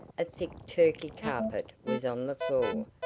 a thick turkey carpet was on the floor,